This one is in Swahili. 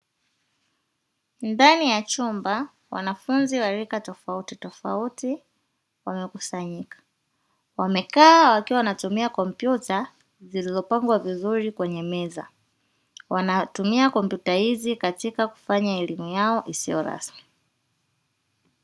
Ndani ya chumba, wanafunzi wa rika tofauti tofauti wamekusanyika, wamekaa wakiwa wanatumia kompyuta zilizopangwa vizuri kwenye meza. Wanatumia kompyuta hizi katika kufanya elimu yao isio rasmi.